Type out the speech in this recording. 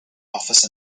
office